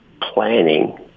planning